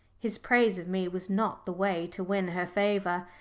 his praise of me was not the way to win her favour.